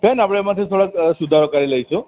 બેન આપણે એમાંથી થોડોક સુધારો કરી લઈશું